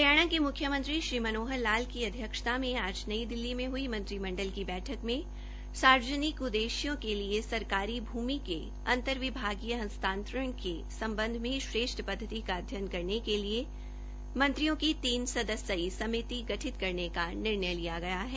हरियाणा के मुख्यमंत्री श्री मनोहर लाल की अध्यक्षता में आज नई दिल्ली में हई मंत्रिमण्डल की बैठक में सार्वजनिक उद्देश्यों के लिए सरकारी भूमि के अन्तर विभागीय हस्तांतरण के सम्बन्ध में श्रेष्ठ पदघतियों का अध्ययन करने के लिए मंत्रियों की तीन सदस्यीय समिति गठित करने का निर्णय लिया गया है